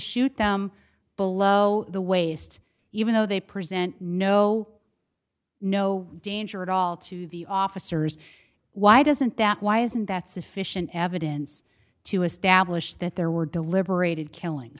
shoot them below the waist even though they present no no danger at all to the officers why doesn't that why isn't that sufficient evidence to establish that there were deliberated killing